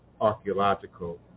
archaeological